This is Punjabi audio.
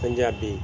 ਪੰਜਾਬੀ